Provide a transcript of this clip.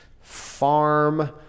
farm